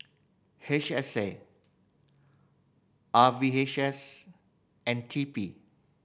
H S A R V H S and T P